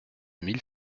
mille